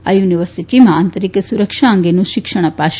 આ યુનિવર્સિટીમાં આંતરિક સુરક્ષા અંગેનું શિક્ષણ અપાશે